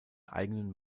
eigenen